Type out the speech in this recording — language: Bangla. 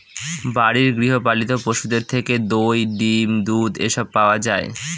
বাড়ির গৃহ পালিত পশুদের থেকে দই, ডিম, দুধ এসব পাওয়া যায়